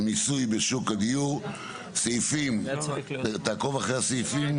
סעיפים תעקוב אחרי הסעיפים,